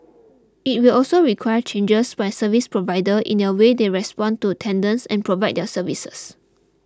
it will also require changes by service providers in their way they respond to tenders and provide their services